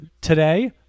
today